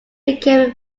became